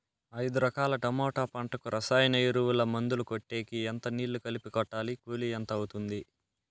ఐదు ఎకరాల టమోటా పంటకు రసాయన ఎరువుల, మందులు కొట్టేకి ఎంత నీళ్లు కలిపి కొట్టాలి? కూలీ ఎంత అవుతుంది?